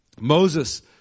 Moses